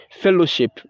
fellowship